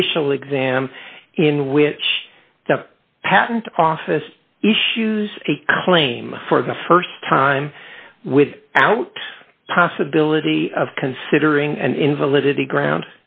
initially exam in which the patent office issues a claim for the st time with out possibility of considering and invalidity ground